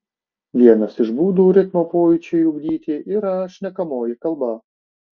vienas iš būdų ritmo pojūčiui ugdyti yra šnekamoji kalba